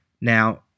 Now